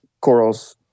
corals